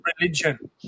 religion